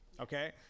Okay